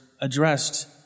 addressed